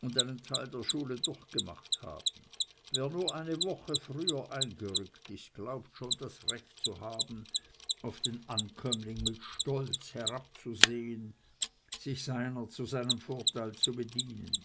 und einen teil der schule durchgemacht haben wer nur eine woche früher eingerückt ist glaubt schon das recht zu haben auf den ankömmling mit stolz herabzusehen sich seiner zu seinem vorteil zu bedienen